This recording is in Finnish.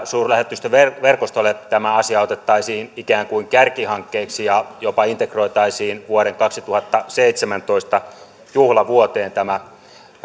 suurlähetystöverkostolle otettaisiin ikään kuin kärkihankkeeksi ja jopa integroitaisiin vuoden kaksituhattaseitsemäntoista juhlavuoteen tämä